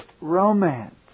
romance